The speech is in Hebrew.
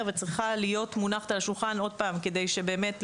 וצריכה להיות מונחת על השולחן בשביל שבאמת,